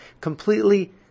completely